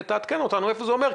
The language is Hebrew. תעדכן אותנו איפה זה עומד.